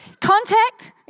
contact